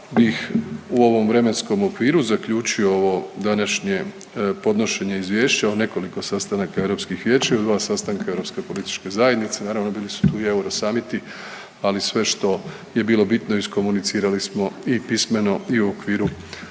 bih u ovom vremenskom okviru zaključio ovo današnje podnošenje izvješća o nekoliko sastanaka Europskih vijeća i dva sastanka Europske političke zajednice. Naravno bili su tu i eurosamiti, ali sve što je bilo bitno iskomunicirali smo i pismeno i u okviru